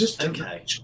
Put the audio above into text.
Okay